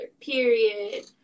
period